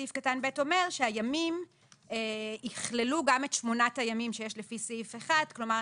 סעיף קטן ב' אומר שהימים יכללו גם את 8 הימים שיש לפי סעיף 1. כלומר,